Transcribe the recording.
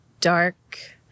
dark